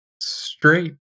straight